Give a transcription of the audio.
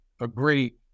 agree